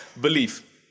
belief